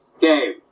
game